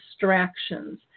distractions